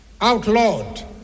outlawed